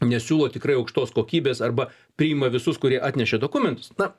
nesiūlo tikrai aukštos kokybės arba priima visus kurie atnešė dokumentus na